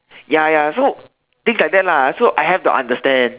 ya ya so things like that lah so I have to understand